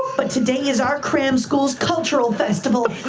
but today is our cram school's cultural festival